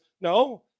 no